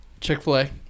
Chick-fil-A